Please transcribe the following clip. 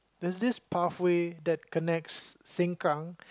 there's this pathway that connects Sengkang